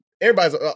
everybody's